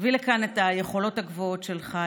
אתה מביא לכאן את היכולות הגבוהות שלך,